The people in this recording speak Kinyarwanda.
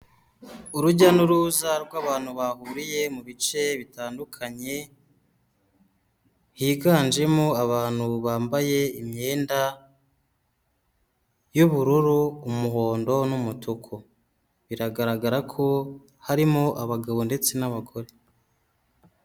Urujya n'uruza rw'abantu bahuriye mu bice bitandukanye, higanjemo abantu bambaye imyenda y'ubururu, umuhondo n'umutuku. Biragaragara ko harimo abagabo ndetse n'abagore.